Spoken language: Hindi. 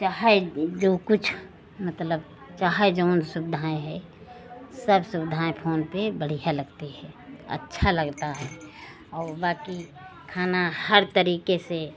चाहे जो कुछ मतलब चाहे जो सुविधाएँ हैं सब सुविधाएँ फोन पर बढ़िया लगती है अच्छा लगता है और बाकी खाना हर तरीके से